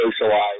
socialize